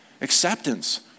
acceptance